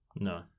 No